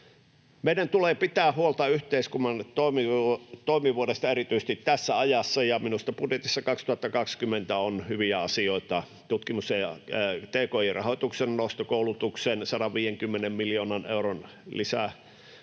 Meidän tulee pitää huolta yhteiskunnan toimivuudesta erityisesti tässä ajassa, ja minusta budjetissa 2022 on hyviä asioita: tutkimus- ja tki-rahoituksen nosto, koulutuksen 150 miljoonan euron